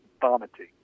vomiting